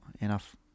enough